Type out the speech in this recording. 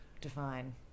Define